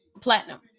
Platinum